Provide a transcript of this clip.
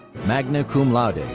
magna cum laude.